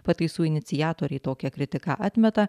pataisų iniciatoriai tokią kritiką atmeta